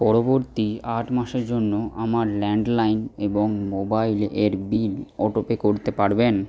পরবর্তী আট মাসের জন্য আমার ল্যাণ্ডলাইন এবং মোবাইল এর বিল অটোপে করতে পারবেন